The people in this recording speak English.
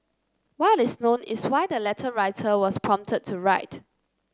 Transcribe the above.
what is known is why the letter writer was prompted to write